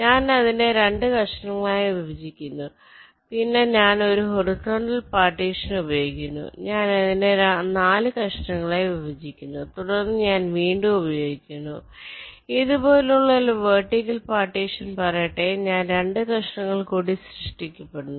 ഞാൻ അതിനെ 2 കഷണങ്ങളായി വിഭജിക്കുന്നു പിന്നെ ഞാൻ ഒരു ഹോറിസോണ്ടൽ പാർട്ടീഷൻ ഉപയോഗിക്കുന്നു ഞാൻ അതിനെ 4 കഷണങ്ങളായി വിഭജിക്കുന്നു തുടർന്ന് ഞാൻ വീണ്ടും ഉപയോഗിക്കുന്നു ഇതുപോലുള്ള ഒരു വെർട്ടിക്കൽ പാർട്ടീഷൻ പറയട്ടെ അങ്ങനെ 2 കഷണങ്ങൾ കൂടി സൃഷ്ടിക്കപ്പെടുന്നു